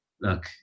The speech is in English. Look